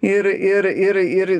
ir ir ir ir